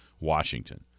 Washington